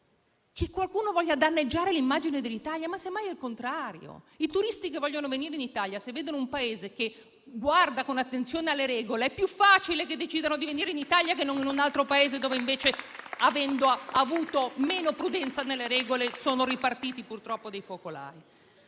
Che qualcuno voglia danneggiare l'immagine dell'Italia? Ma semmai è il contrario: i turisti che vogliono venire in Italia, se vedono un Paese che guarda con attenzione alle regole, è più facile che decidano di venire in Italia anziché andare in un altro Paese dove invece, avendo avuto meno prudenza nelle regole, sono ripartiti purtroppo dei focolai.